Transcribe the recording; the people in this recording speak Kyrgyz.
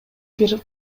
бир